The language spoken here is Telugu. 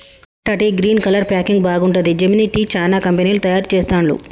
Tata tea green colour packing బాగుంటది, జెమినీ టీ, చానా కంపెనీలు తయారు చెస్తాండ్లు